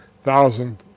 thousand